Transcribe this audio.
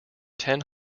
ten